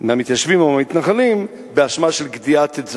מהמתיישבים או מהמתנחלים באשמה של גדיעת עץ זית.